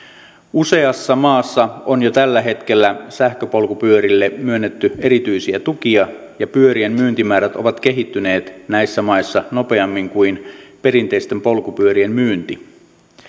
useassa maassa on jo tällä hetkellä sähköpolkupyörille myönnetty erityisiä tukia ja pyörien myyntimäärät ovat kehittyneet näissä maissa nopeammin kuin perinteisten polkupyörien myynti